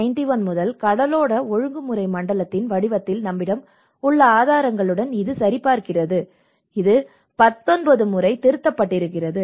1991 முதல் கடலோர ஒழுங்குமுறை மண்டலத்தின் வடிவத்தில் நம்மிடம் உள்ள ஆதாரங்களுடன் இது சரிபார்க்கப்படுகிறது இது 19 முறை திருத்தப்பட்டது